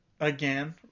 Again